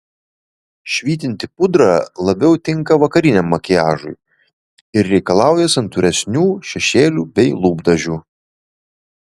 švytinti pudra labiau tinka vakariniam makiažui ir reikalauja santūresnių šešėlių bei lūpdažių